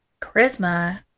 Charisma